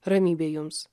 ramybė jums